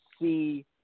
see